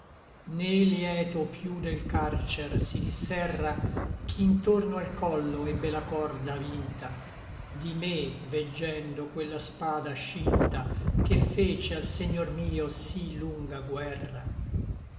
né lieto piú del carcer si diserra chi ntorno al collo ebbe la corda avinta di me veggendo quella spada scinta che fece al segnor mio sí lunga guerra